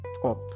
up